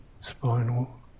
spinal